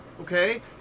Okay